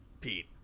Pete